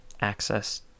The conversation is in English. access